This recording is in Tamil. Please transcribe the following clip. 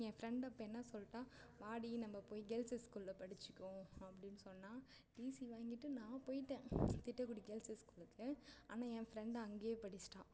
என் ஃப்ரெண்ட்டு அப்போ என்ன சொல்லிட்டாள் வாடி நம்ப போய் கேள்ஸ்சஸ் ஸ்கூல் படித்துப்போம் அப்படின்னு சொன்னாள் டிசி வாங்கிட்டு நான் போயிட்டேன் திட்டக்குடி கேள்ஸ்சஸ் ஸ்கூலுக்கு ஆனால் என் ஃப்ரெண்ட்டு அங்கேயே படிச்சிட்டாள்